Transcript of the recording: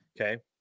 Okay